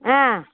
ஆ